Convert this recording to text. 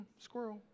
squirrel